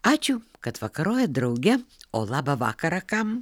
ačiū kad vakarojat drauge o labą vakarą kam